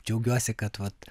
džiaugiuosi kad vat